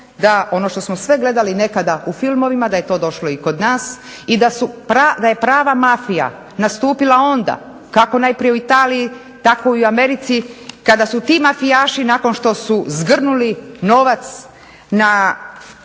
da ono što smo sve gledali nekada u filmovima da je to došlo i kod nas i da je prava mafija nastupila onda kako najprije u Italiji tako i u Americi kada su ti mafijaši nakon što su zgrnuli novac na